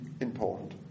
important